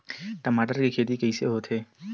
टमाटर के खेती कइसे होथे?